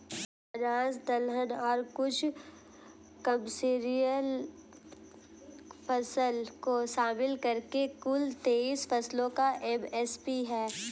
अनाज दलहन और कुछ कमर्शियल फसल को शामिल करके कुल तेईस फसलों का एम.एस.पी है